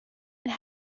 and